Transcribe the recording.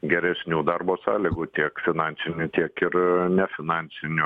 geresnių darbo sąlygų tiek finansinių tiek ir nefinansinių